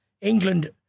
England